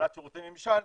וקבלת שירותי ממשל,